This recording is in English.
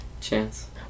chance